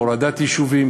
הורדת יישובים,